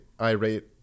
irate